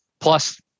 plus